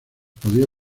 podía